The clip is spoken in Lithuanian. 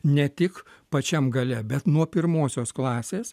ne tik pačiam gale bet nuo pirmosios klasės